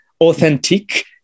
authentic